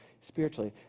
spiritually